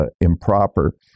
improper